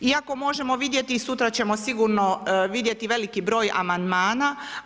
Iako možemo vidjeti, sutra ćemo sigurno vidjeti veliki broj amandmana.